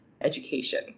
education